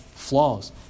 Flaws